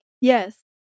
Yes